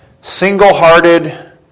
Single-Hearted